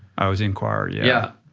oh, it was enquirer, yeah. yeah,